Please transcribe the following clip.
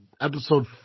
episode